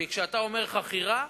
כשאתה אומר "חכירה",